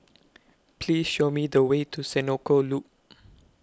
Please Show Me The Way to Senoko Loop